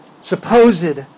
supposed